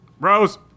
Rose